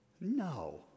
No